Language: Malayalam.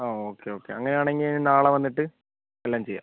ആ ഓക്കെ ഓക്കെ അങ്ങനെയാണെങ്കിൽ ഇനി നാളെ വന്നിട്ട് എല്ലാം ചെയ്യാം